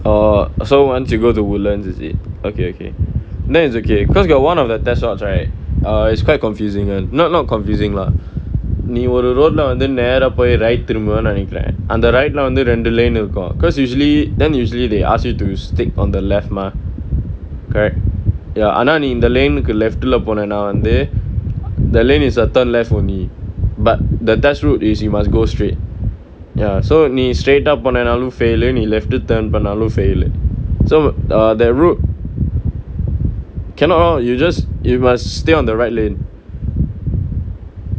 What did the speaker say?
oh so once you go to woodlands is it okay okay then it's okay cause got one of the test routes right uh it's quite confusing one not not confusing lah நீ ஒரு:nee oru road lah வந்து நேரா போய்:vanthu neraa poi right திரும்புவ நெனைக்குற அந்த:thirumbuva nenaikkura antha right lah வந்து ரெண்டு:vanthu rendu lane இருக்கும்:irukkum cause usually then usually they ask you to stick on the left mah correct ya ஆனா நீ இந்த:aanaa nee intha lane left lah போனனா வந்து:ponanaa vanthu that lane is a turn left only but the test route is you must go straight ya so நீ:nee straight போனேனாலு:ponaenaalu fail uh left turn பண்ணாலும்:pannaalum fail uh so uh that route cannot lor you just you must stay on the right lane